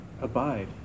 abide